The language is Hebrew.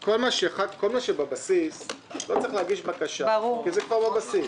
כל מה שבבסיס לא צריך להגיש בקשה כי זה כבר בבסיס.